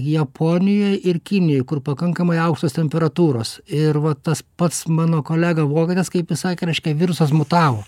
japonijoj ir kinijoj kur pakankamai aukštos temperatūros ir va tas pats mano kolega vokietis kaip jis sakė raiškia virusas mutavo